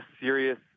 serious